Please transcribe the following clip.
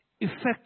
effective